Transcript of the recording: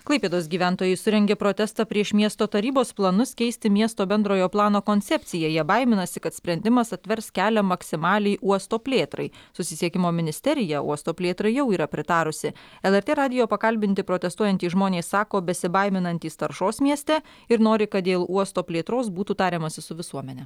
klaipėdos gyventojai surengė protestą prieš miesto tarybos planus keisti miesto bendrojo plano koncepciją jie baiminasi kad sprendimas atvers kelią maksimaliai uosto plėtrai susisiekimo ministerija uosto plėtrai jau yra pritarusi lrt radijo pakalbinti protestuojantys žmonės sako besibaiminantys taršos mieste ir nori kad dėl uosto plėtros būtų tariamasi su visuomene